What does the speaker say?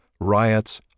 riots